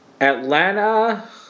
Atlanta